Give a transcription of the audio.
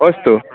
अस्तु